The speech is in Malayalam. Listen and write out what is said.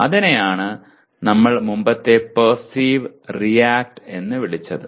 അതിനെയാണ് ഞങ്ങൾ മുമ്പത്തെ പെർസിവ് റീയാക്ട് എന്ന് വിളിച്ചത്